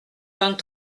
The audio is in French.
vingt